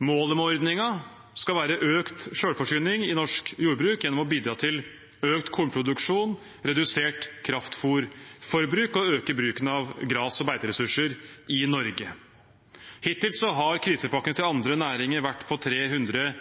Målet med ordningen skal være økt selvforsyning i norsk jordbruk gjennom å bidra til økt kornproduksjon, redusert kraftfôrforbruk og å øke bruken av gras og beiteressurser i Norge. Hittil har krisepakkene til andre næringer vært på 300